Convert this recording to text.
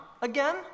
again